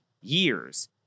years